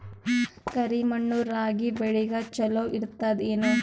ಕರಿ ಮಣ್ಣು ರಾಗಿ ಬೇಳಿಗ ಚಲೋ ಇರ್ತದ ಏನು?